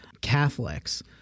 Catholics